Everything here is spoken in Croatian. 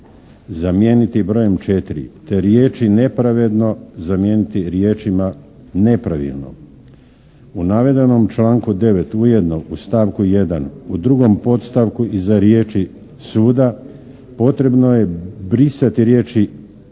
zamijeniti brojem 4. te riječi: "nepravedno" zamijeniti riječima: "nepravilno". U navedenom članku 9. ujedno u stavku 1. u drugom podstavku iza riječi: "suda" potrebno je brisati riječi